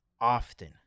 often